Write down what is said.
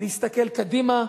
להסתכל קדימה,